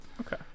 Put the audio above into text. Okay